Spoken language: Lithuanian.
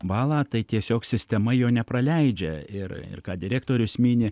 balą tai tiesiog sistema jo nepraleidžia ir ir ką direktorius mini